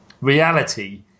reality